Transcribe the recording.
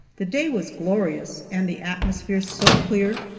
the day was glorious, and the atmosphere so clear,